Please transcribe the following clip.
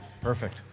Perfect